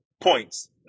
points